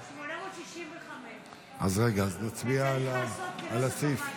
865. אנחנו מצביעים על סעיף 4, כנוסח הוועדה.